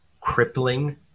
crippling